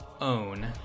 own